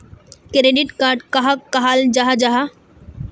Debit card कहाक कहाल जाहा जाहा?